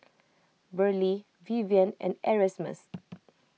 Verlie Vivien and Erasmus